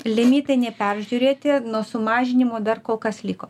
limitai neperžiūrėti nuo sumažinimo dar kol kas liko